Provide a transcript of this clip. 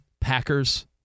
Packers